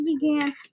began